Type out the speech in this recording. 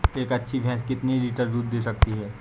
एक अच्छी भैंस कितनी लीटर दूध दे सकती है?